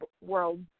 world